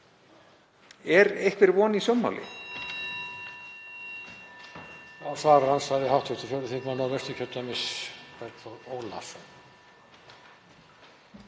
Er einhver von í sjónmáli?